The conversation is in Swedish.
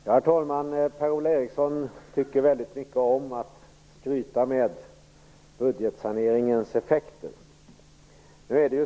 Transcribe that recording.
Herr talman! Per-Ola Eriksson tycker väldigt mycket om att skryta med budgetsaneringens effekter.